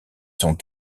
sont